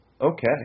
Okay